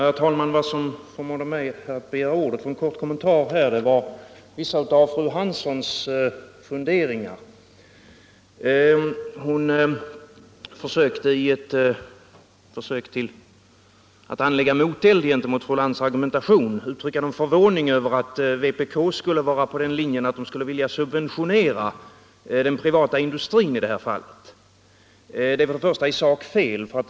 Herr talman! Vad som föranledde mig att begära ordet för en kort kommentar var vissa av fru Hanssons funderingar. I sitt försök att anlägga moteld mot vår argumentation uttryckte fru Hansson förvåning över att vpk går på linjen att subventionera den privata industrin. Detta är för det första fel i sak.